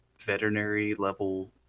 veterinary-level